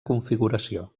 configuració